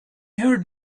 heard